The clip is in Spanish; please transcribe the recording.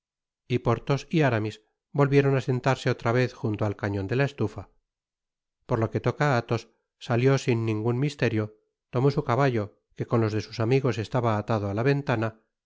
y porthos y aramis volvieron á sentarse otra vez junto al cañon de la estufa por lo que toca á athos salió sin ningnn misterio tomó su caballo que con los de sus amigos estaba atado á la ventana